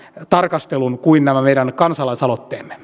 tarkastelun kuin nämä kansalaisaloitteemme